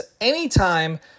anytime